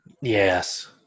yes